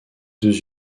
deux